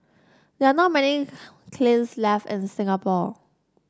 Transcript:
there are not many kilns left in Singapore